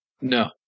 No